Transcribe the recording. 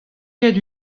ket